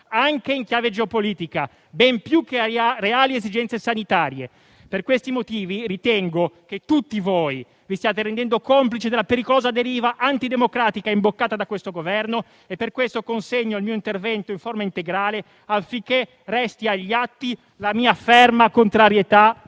anche in chiave geopolitica, ben più che a reali esigenze sanitarie. Per questi motivi, ritengo che tutti voi vi stiate rendendo complici della pericolosa deriva antidemocratica imboccata da questo Governo, e per questo lascio agli atti la mia ferma contrarietà